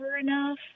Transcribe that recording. enough